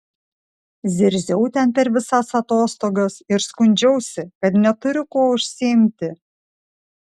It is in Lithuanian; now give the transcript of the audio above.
zirziau ten per visas atostogas ir skundžiausi kad neturiu kuo užsiimti